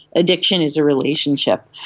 addiction is a relationship.